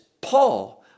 paul